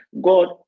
God